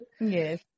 Yes